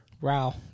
Wow